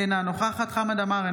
אינה נוכחת חמד עמאר,